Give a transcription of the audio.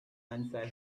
answer